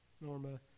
Norma